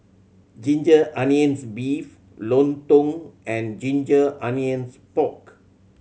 ginger onions beef lontong and ginger onions pork